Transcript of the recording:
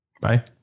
bye